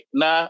na